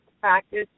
practice